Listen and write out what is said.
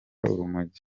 urumogi